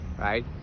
right